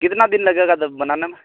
कितना दिन लगेगा द बनाने में